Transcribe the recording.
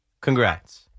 Congrats